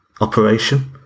operation